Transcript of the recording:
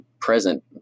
present